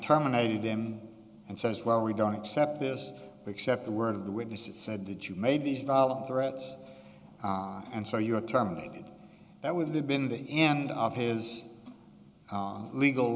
terminated him and says well we don't accept this except the word of the witnesses said that you made these valid threats and so you were terminated that would have been the end of his legal